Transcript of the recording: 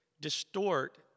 distort